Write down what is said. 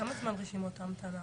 כמה זמן רשימות ההמתנה?